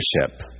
leadership